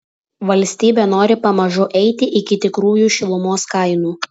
valstybė nori pamažu eiti iki tikrųjų šilumos kainų